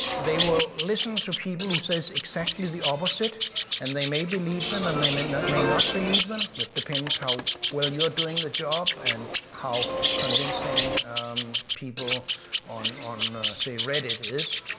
they will listen to people who say exactly the opposite and they may believe them and they may not may not believe them. that depends how well you're doing the job and how convincing people on, say, reddit is.